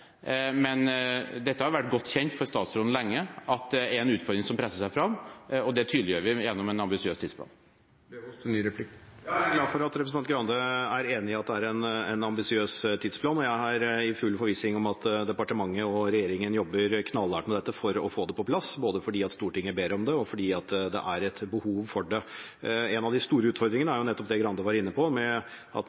men det har vært godt kjent for statsråden lenge at det er en utfordring som presser seg fram, og det tydeliggjør vi gjennom en ambisiøs tidsplan. Jeg er glad for at representanten Grande er enig i at det er en ambisiøs tidsplan, og jeg har full forvissning om at departementet og regjeringen jobber knallhardt for å få dette på plass, både fordi Stortinget ber om det, og fordi det er et behov for det. En av de store utfordringene er jo nettopp det representanten Grande var inne på, at man